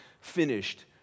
finished